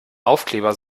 aufkleber